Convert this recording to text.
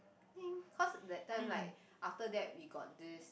think cause that time like after that we got this